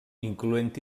incloent